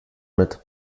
mit